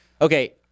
Okay